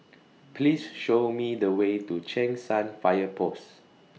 Please Show Me The Way to Cheng San Fire Post